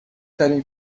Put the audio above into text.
ترین